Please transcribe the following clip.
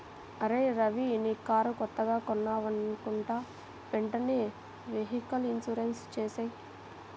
అరేయ్ రవీ నీ కారు కొత్తగా కొన్నావనుకుంటా వెంటనే వెహికల్ ఇన్సూరెన్సు చేసేయ్